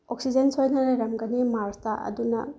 oxygen ꯁꯣꯏꯗꯅ ꯂꯩꯔꯝꯒꯅꯤ ꯃꯥꯔꯆꯇ ꯑꯗꯨꯅ